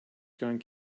gone